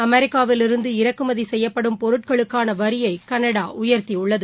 அமெரிக்காவில் இருந்து இறக்குமதி செய்யப்படும் பொருட்களுக்கான வரியை கனடா உயர்த்தியுள்ளது